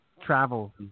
travel